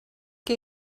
què